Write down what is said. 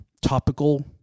topical